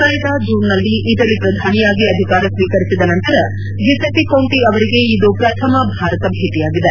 ಕಳೆದ ಜೂನ್ನಲ್ಲಿ ಇಟಲಿ ಪ್ರಧಾನಿಯಾಗಿ ಅಧಿಕಾರ ಸ್ವೀಕರಿಸಿದ ನಂತರ ಗಿಸೆಪಿ ಕೋಂಟಿ ಅವರಿಗೆ ಇದು ಪ್ರಥಮ ಭಾರತ ಭೇಟಿಯಾಗಿದೆ